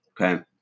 Okay